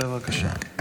בבקשה.